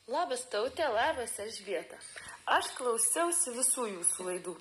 lobas taute labas elžbieta aš klausiausi visų jūsų laidų